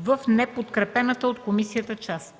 в неподкрепената от комисията част.